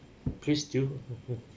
please do mm mm